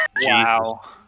Wow